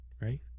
right